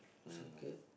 soup can